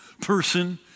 person